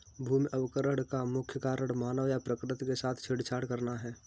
भूमि अवकरण का मुख्य कारण मानव का प्रकृति के साथ छेड़छाड़ करना है